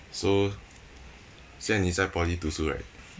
so 现在你在 poly 读书 right